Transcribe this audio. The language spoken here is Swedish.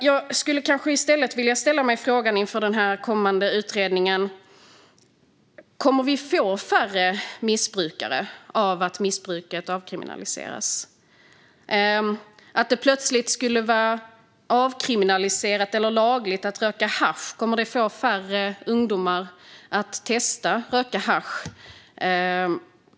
Inför den kommande utredningen vill jag fråga: Kommer en avkriminalisering av missbruk att leda till färre missbrukare? Om det plötsligt skulle vara lagligt att röka hasch, skulle det leda till att färre ungdomar testar att röka hasch?